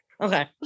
Okay